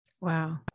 wow